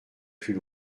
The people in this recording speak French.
plus